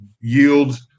yield